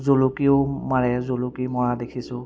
জুলুকিও মাৰে জুলুকি মৰা দেখিছোঁ